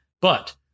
But-